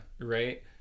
Right